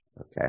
Okay